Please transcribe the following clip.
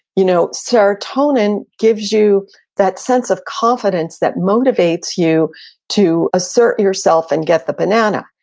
you know serotonin gives you that sense of confidence that motivates you to assert yourself and get the banana.